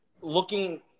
looking